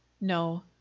No